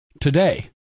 today